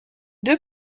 deux